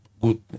good